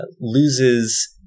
loses –